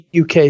UK